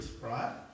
right